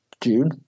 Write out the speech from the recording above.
June